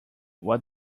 what